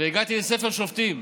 והגעתי לספר שופטים,